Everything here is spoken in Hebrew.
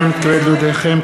הנני מתכבד להודיעכם,